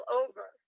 over